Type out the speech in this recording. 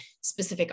specific